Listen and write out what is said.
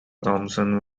thomson